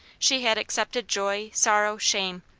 she had accepted joy, sorrow, shame,